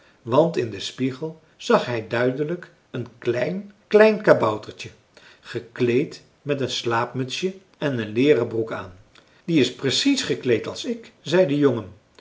want in den spiegel zag hij duidelijk een klein klein kaboutertje gekleed met een slaapmutsje en een leeren broek aan die is precies gekleed als ik zei de jongen